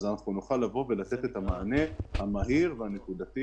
נוכל לבוא ולתת את המענה המהיר והנקודתי